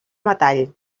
metall